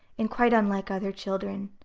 and quite unlike other children.